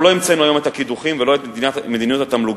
אנחנו לא המצאנו היום את הקידוחים ולא את מדיניות התמלוגים.